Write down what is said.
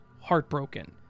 heartbroken